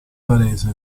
varese